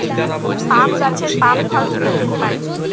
পাম গাছের পাম ফল থেকে তেল পাই